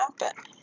happen